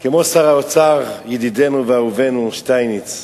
כמו שר האוצר, ידידנו ואהובנו שטייניץ.